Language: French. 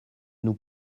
nous